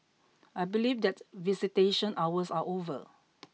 I believe that visitation hours are over